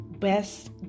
best